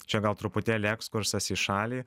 čia gal truputėlį ekskursas į šalį